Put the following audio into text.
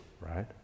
right